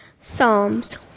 Psalms